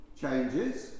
changes